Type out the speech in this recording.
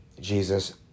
Jesus